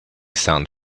sound